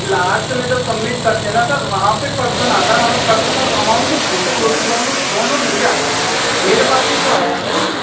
last में जब submit करते हैं ना सर वहाँ पे पर्सन आता है वहाँ पे पर्सन और अमाउन्ट तो छोटे छोटे दोनों दोनों लिखे आते हैं मेरे पास भी तो आया है भई